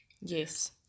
Yes